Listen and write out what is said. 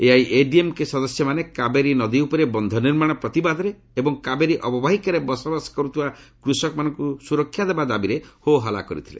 ଏଆଇଏଡିଏମ୍କେ ସଦସ୍ୟମାନେ କାବେରୀ ନଦୀ ଉପରେ ବନ୍ଧ ନିର୍ମାଣ ପ୍ରତିବାଦରେ ଏବଂ କାବେରୀ ଅବବାହିକାରେ ବସବାସ କରୁଥିବା କୃଷକମାନଙ୍କୁ ସୁରକ୍ଷା ଦେବା ଦାବିରେ ହୋହଲ୍ଲା କରିଥିଲେ